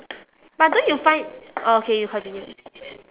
but don't you find uh okay you continue